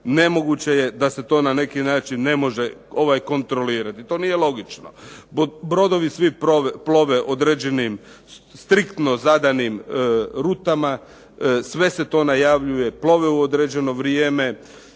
Nemoguće je da se to na neki način ne može kontrolirati, to nije logično. Brodovi svi plove određenim striktno zadanim rutama, sve se to najavljuje, plovi u određeno vrijeme.